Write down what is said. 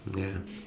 ya